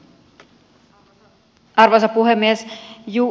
arvoisa puhemies